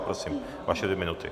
Prosím, vaše dvě minuty.